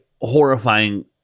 horrifying